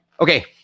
Okay